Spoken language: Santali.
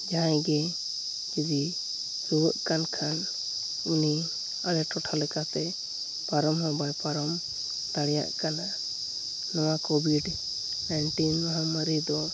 ᱡᱟᱦᱟᱸᱭᱜᱮ ᱡᱩᱫᱤ ᱨᱩᱣᱟᱹᱜᱠᱟᱱ ᱠᱷᱟᱱ ᱩᱱᱤ ᱟᱞᱮ ᱴᱚᱴᱷᱟ ᱞᱮᱠᱟᱛᱮ ᱯᱟᱨᱚᱢᱦᱚᱸ ᱵᱟᱭ ᱯᱟᱨᱚᱢ ᱫᱟᱲᱮᱭᱟᱜ ᱠᱟᱱᱟ ᱱᱚᱣᱟ ᱠᱳᱵᱷᱤᱰ ᱱᱟᱭᱤᱱᱴᱤᱱ ᱢᱚᱦᱟᱢᱟᱨᱤᱫᱚ